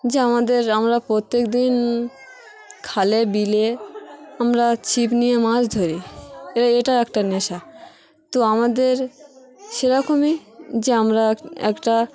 যে আমাদের আমরা প্রত্যেকদিন খালে বিলে আমরা ছিপ নিয়ে মাছ ধরি এ এটা একটা নেশা তো আমাদের সেরকমই যে আমরা একটা